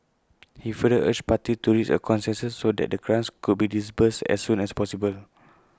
he further urged parties to reach A consensus so that the grants could be disbursed as soon as possible